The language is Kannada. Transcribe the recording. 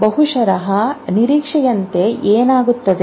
ಬಹುಶಃ ನಿರೀಕ್ಷೆಯಂತೆ ಏನಾಗುತ್ತಿದೆ